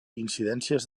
incidències